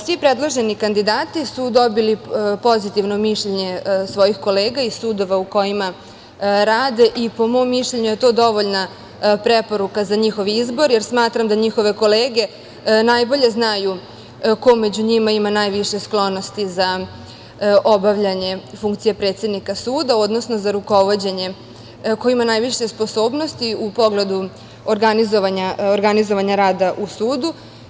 Svi predloženi kandidati su dobili pozitivno mišljenje svojih kolega i sudova u kojima rade i po mom mišljenju je to dovoljna preporuka za njihov izbor, jer smatram da njihove kolege najbolje znaju ko među njima ima najviše sklonosti za obavljanje funkcije predsednika suda, odnosno rukovođenje, ko ima najviše sposobnosti u pogledu organizovanja rada u sudu.